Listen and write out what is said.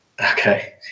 Okay